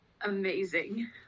Amazing